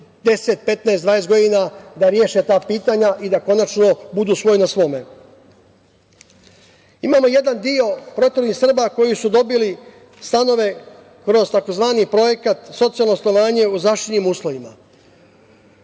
10, 15, 20 godina da reše ta pitanja i da konačno budu svoji na svome. Imamo jedan deo proteranih Srba koji su dobili stanove kroz tzv. projekat „Socijalno stanovanje u zaštićenim uslovima“.